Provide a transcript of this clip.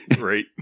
Right